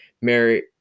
Mary